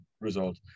result